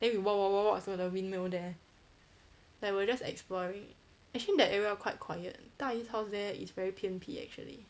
then we walk walk walk walk to the windmill there like we were just exploring actually that area there quite quiet 大姨 house there is very 偏僻 actually